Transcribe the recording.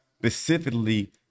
specifically